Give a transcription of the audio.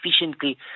efficiently